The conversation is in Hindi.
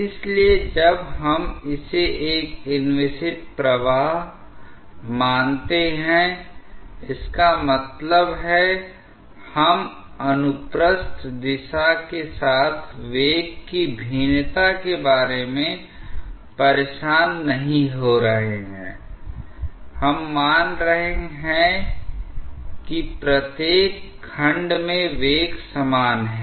इसलिए जब हम इसे एक इनविसिड प्रवाह मानते हैं इसका मतलब है हम अनुप्रस्थ दिशा के साथ वेग की भिन्नता के बारे में परेशान नहीं हो रहे हैं हम मान रहे हैं कि प्रत्येक खंड में वेग समान है